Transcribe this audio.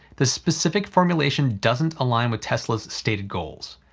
this specific formulation doesn't align with tesla's stated goals.